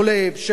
אורי אורבך,